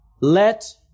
Let